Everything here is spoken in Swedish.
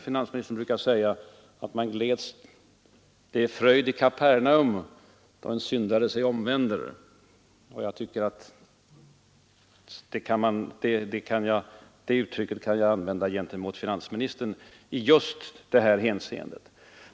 Finansministern brukar säga: Det blir fest i Kapernaum då en syndare sig omvänder — och det uttrycket kan jag använda gentemot finansminis tern i just det här hänseendet.